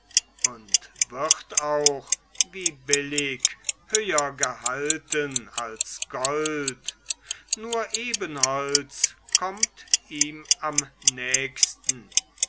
und wird auch wie billig höher gehalten als gold nur ebenholz kommt ihm am nächsten